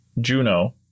Juno